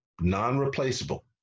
non-replaceable